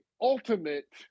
ultimate